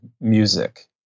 music